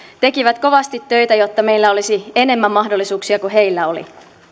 tekivät kovasti töitä jotta meillä olisi enemmän mahdollisuuksia kuin heillä oli